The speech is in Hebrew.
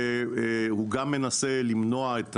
והוא גם מנסה למנוע את